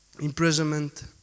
Imprisonment